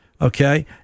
Okay